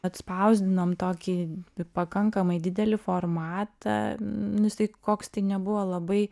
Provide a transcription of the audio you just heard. atspausdinom tokį pakankamai didelį formatą nu jisai koks tai nebuvo labai